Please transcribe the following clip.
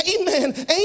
amen